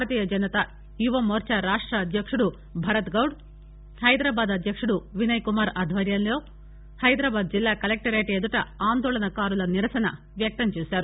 భారతీయ జనతా యువమోర్చా రాష్ట్ర అధ్యక్షుడు భరత్గౌడ్ హైదరాబాద్ అధ్యక్షుడు వినయ్కుమార్ ఆధ్వర్యంలో హైదరాబాద్ జిల్లా కలెక్టరేట్ ఎదుట ఆందోళనకారుల నిరసన వ్యక్తం చేశారు